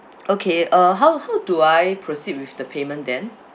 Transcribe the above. okay uh how how do I proceed with the payment then